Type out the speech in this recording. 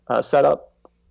setup